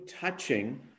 touching